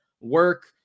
work